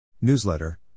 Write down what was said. Newsletter